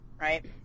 right